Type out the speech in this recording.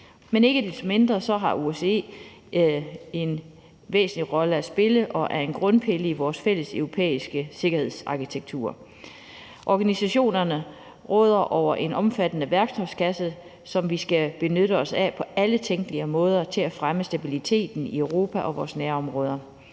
Ikke desto mindre har OSCE en væsentlig rolle at spille og er en grundpille i vores fælles europæiske sikkerhedsarkitektur. Organisationerne råder over en omfattende værktøjskasse, som vi skal benytte os af på alle tænkelige måder til at fremme stabiliteten i Europa og vores nærområder.